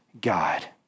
god